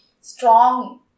strong